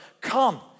Come